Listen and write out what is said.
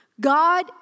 God